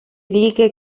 righe